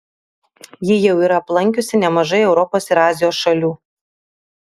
ji jau yra aplankiusi nemažai europos ir azijos šalių